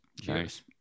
Cheers